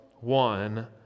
one